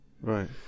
Right